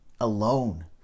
alone